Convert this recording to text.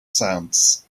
sands